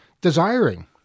desiring